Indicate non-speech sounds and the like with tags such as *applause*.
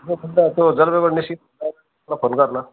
*unintelligible* तँ जलपाइगढी *unintelligible* फोन गर न